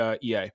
ea